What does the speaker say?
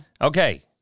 Okay